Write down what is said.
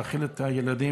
להאכיל את הילדים,